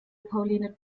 pauline